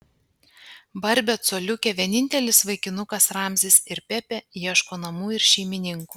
barbė coliukė vienintelis vaikinukas ramzis ir pepė ieško namų ir šeimininkų